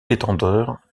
détenteur